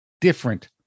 different